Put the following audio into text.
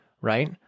right